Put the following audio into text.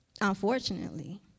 Unfortunately